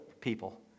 people